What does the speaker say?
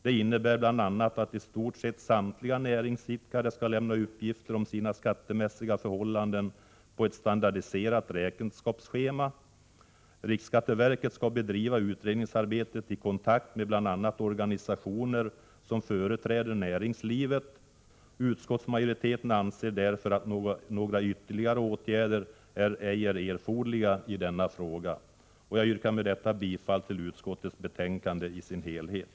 Det innebär bl.a. att i stort sett samtliga näringsidkare skall lämna uppgifter om sina skattemässiga förhållanden på ett standardiserat räkenskapsschema. Riksskatteverket skall bedriva utredningsarbetet i kontakt med bl.a. organisationer som företräder näringslivet. Utskottsmajoriteten anser därför att några ytterligare åtgärder ej är erforderliga i denna fråga. Jag yrkar med detta bifall till utskottets hemställan i dess helhet.